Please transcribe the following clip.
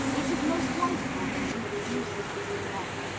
it is most wonderful that he produces this effect,